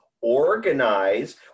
organize